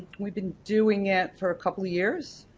we've been doing it for a couple years.